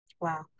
Wow